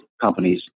companies